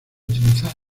utilizado